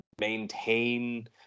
maintain